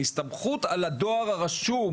ההסתמכות על הדואר הרשום